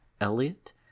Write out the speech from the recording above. Elliot